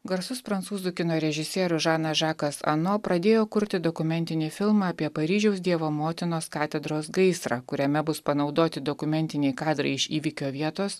garsus prancūzų kino režisierius žanas žakas ano pradėjo kurti dokumentinį filmą apie paryžiaus dievo motinos katedros gaisrą kuriame bus panaudoti dokumentiniai kadrai iš įvykio vietos